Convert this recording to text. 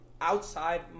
outside